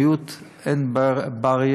בבריאות אין מחסומים.